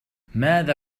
ماذا